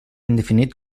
indefinit